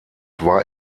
war